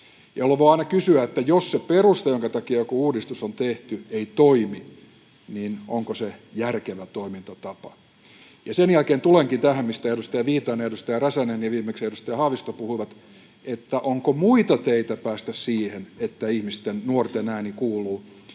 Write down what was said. jolloin voi aina kysyä, että jos se perusta, jonka takia jokin uudistus on tehty, ei toimi, niin onko se järkevä toimintatapa. Sen jälkeen tulenkin tähän, mistä edustaja Viitanen, edustaja Räsänen ja viimeksi edustaja Haavisto puhuivat, että onko muita teitä päästä siihen, että ihmisten, nuorten, ääni kuuluu